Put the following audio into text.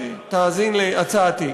שתאזין להצעתי,